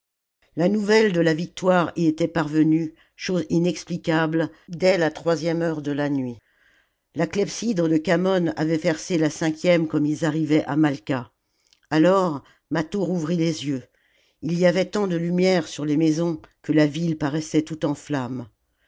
la nouvelle de la victoire y était parvenue chose inexplicable dès la troisième heure de la nuit la clepsydre de khamon avait versé la cinquième comme ils arrivaient à malqua alors mâtho rouvrit les yeux ii y avait tant de lumières sur les maisons que la ville paraissait tout en flammes